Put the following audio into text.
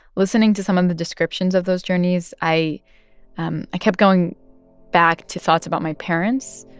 listening to some of the descriptions of those journeys, i um i kept going back to thoughts about my parents,